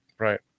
Right